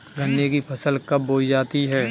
गन्ने की फसल कब बोई जाती है?